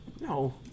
no